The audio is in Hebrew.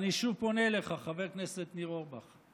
ואני שוב פונה אליך, חבר כנסת ניר אורבך: